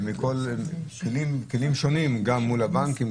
כלים שונים גם מול הבנקים,